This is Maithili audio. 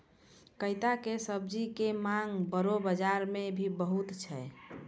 कैता के सब्जी के मांग बड़ो बाजार मॅ भी बहुत छै